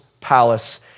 palace